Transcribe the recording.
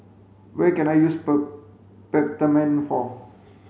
what can I use Peptamen for